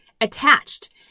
attached